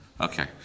Okay